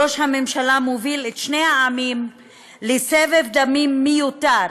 ראש הממשלה מוביל את שני העמים לסבב דמים מיותר,